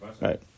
Right